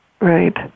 right